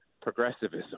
progressivism